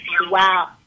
wow